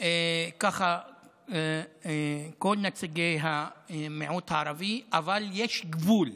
ככה כל נציגי המיעוט הערבי, אבל יש גבול.